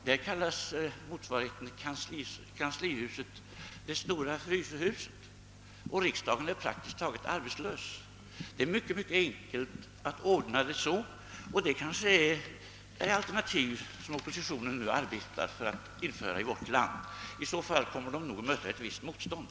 Där kallas motsvarigheten till kanslihuset »det store frysehuset» och riksdagen är praktiskt taget arbetslös. Det är mycket lätt att ordna det så, och det kanske är det alternativ som oppositionen nu arbetar på att införa i vårt land. I så fall kommer den nog att möta ett visst motstånd.